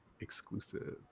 exclusive